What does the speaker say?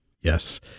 Yes